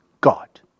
God